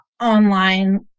online